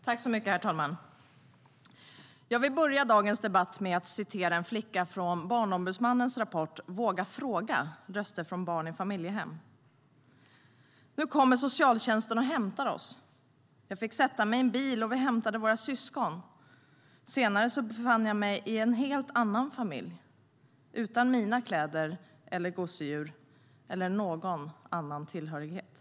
Herr talman! Jag vill börja dagens debatt med att citera en flicka i Barnombudsmannens rapport Våga fråga - röster från barn i familjehem" nu kommer socialtjänsten och hämtar oss, jag fick sätta mig i en bil och vi hämtade våra syskon . senare så befann jag mig i en helt annan familj. Utan mina kläder eller gosedjur eller någon annan tillhörighet.